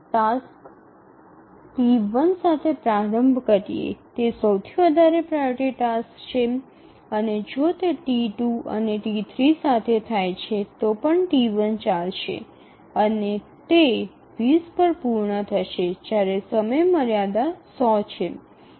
task T1 સાથે પ્રારંભ કરીને જે સૌથી વધારે પ્રાઓરિટી ટાસ્ક છે અને જો તે T2 અને T3 સાથે થાય છે તો પણ T1 ચાલશે અને તે ૨0 પર પૂર્ણ થશે જ્યારે સમયમર્યાદા ૧00 છે